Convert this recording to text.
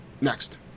Next